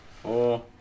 four